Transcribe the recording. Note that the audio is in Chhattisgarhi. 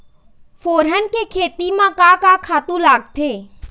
फोरन के खेती म का का खातू लागथे?